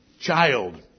Child